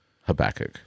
Habakkuk